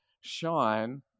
shine